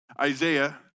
Isaiah